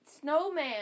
snowman